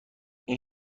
این